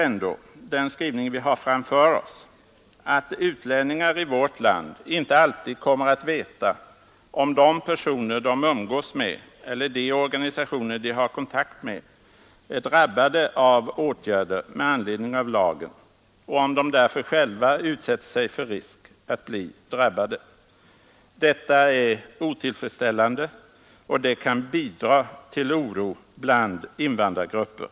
Men den skrivning vi har framför oss innebär ändå att utlänningar i vårt land inte alltid kommer att veta om de personer de umgås med eller de organisationer de har kontakt med är drabbade av åtgärder med anledning av lagen, och om de därför själva utsätter sig för risk att bli drabbade. Detta är otillfredsställande, och det kan bidra till oron bland invandrargrupper.